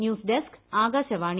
news desk Akashvani